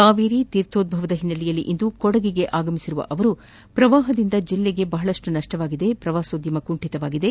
ಕಾವೇರಿ ತೀರ್ಥೋಧ್ವವದ ಹಿನ್ನೆಲೆಯಲ್ಲಿ ಇಂದು ಕೊಡಗಿನ ಆಗಮಿಸಿರುವ ಅವರು ಪ್ರವಾಪದಿಂದ ಜಿಲ್ಲೆಗೆ ಬಹಳಷ್ಟು ನಷ್ಟವಾಗಿದ್ದು ಪ್ರವಾಸೋದ್ಯಮ ಕುಂಠಿತಗೊಂಡಿದೆ